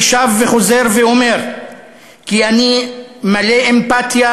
אני שב וחוזר ואומר כי אני מלא אמפתיה